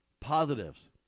positives